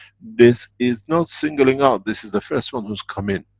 this is not singling out, this is the first one who's come in.